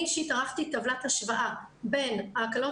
אני אישית ערכתי טבלת השוואה בין ההקלות